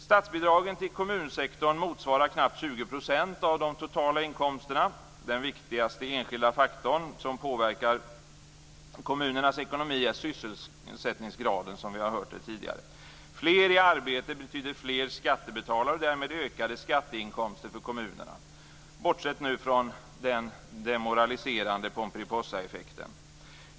Statsbidragen till kommunsektorn motsvarar knappt 20 % av de totala inkomsterna. Den viktigaste enskilda faktor som påverkar kommunernas ekonomi är, som vi tidigare har hört, sysselsättningsgraden. Fler i arbete betyder fler skattebetalare och därmed ökade skatteinkomster för kommunerna, bortsett från den demoraliserande pomperipossaeffekten.